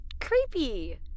creepy